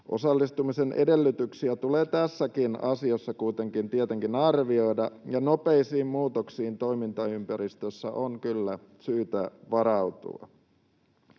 Osallistumisen edellytyksiä tulee kuitenkin tässäkin asiassa tietenkin arvioida, ja nopeisiin muutoksiin toimintaympäristössä on kyllä syytä varautua.